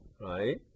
right